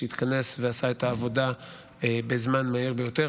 שהתכנס ועשה את העבודה בזמן מהיר ביותר,